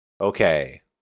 okay